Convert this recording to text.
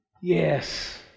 yes